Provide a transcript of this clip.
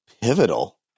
pivotal